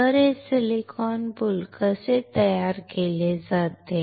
तर हे silicon boule कसे तयार केले जाते